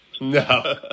No